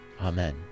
Amen